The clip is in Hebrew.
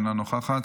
אינה נוכחת,